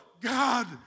God